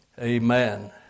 Amen